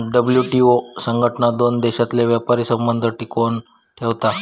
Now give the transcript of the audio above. WTO संघटना दोन देशांतले व्यापारी संबंध टिकवन ठेवता